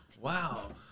Wow